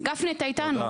גפני, אתה איתנו.